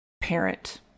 parent